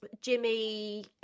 Jimmy